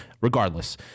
Regardless